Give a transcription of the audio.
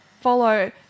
follow